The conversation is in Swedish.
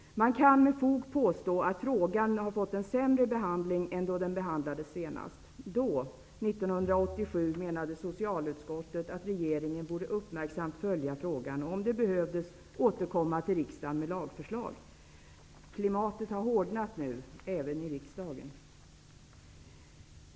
Man kan med fog påstå att frågan har fått en sämre behandling än då den behandlades senast. Då, 1987, menade socialutskottet att regeringen uppmärksamt borde följa frågan och om det behövdes återkomma till riksdagen med lagförslag. Klimatet har hårdnat nu även i riksdagen.